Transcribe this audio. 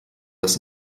das